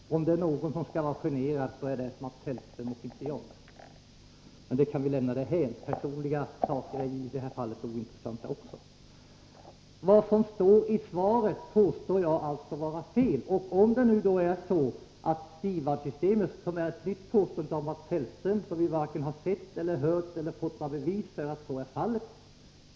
Fru talman! Om det är någon som skall vara generad är det Mats Hellström och inte jag. Men vi kan lämna det därhän — personliga omständigheter är i det här fallet ointressanta. Vad som står i svaret påstår jag alltså vara fel. Det som sägs om DIVAD-systemet är ett nytt påstående av Mats Hellström som vi varken har sett eller hört förut eller fått några bevis för.